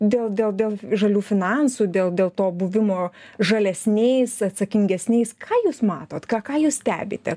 dėl dėl dėl žalių finansų dėl dėl to buvimo žalesniais atsakingesniais ką jūs matot ką ką jūs stebite